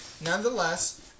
nonetheless